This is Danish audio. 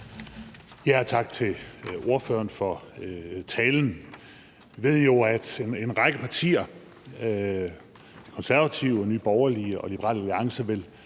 (S): Tak til ordføreren for talen. Jeg ved jo, at en række partier, nemlig Konservative, Nye Borgerlige og Liberal Alliance, vil